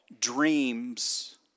Dreams